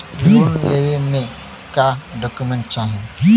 Loan लेवे मे का डॉक्यूमेंट चाही?